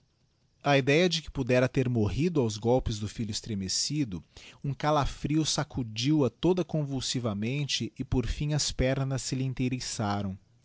a idéa de que pudera ter morrido aos golpes do filho estremecido um calafrio sacudiu-a toda convulsivamente e por fim as pernas se lhe